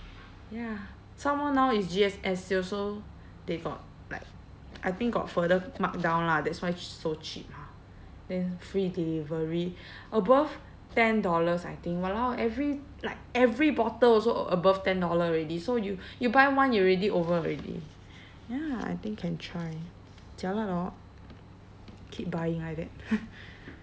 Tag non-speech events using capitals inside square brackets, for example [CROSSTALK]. ya some more now is G_S_S sales so they got like I think got further markdown lah that's why so cheap mah then free delivery above ten dollars I think !walao! every like every bottle also above ten dollar already so you you buy one you already over already ya I think can try jialat hor keep buying like that [NOISE]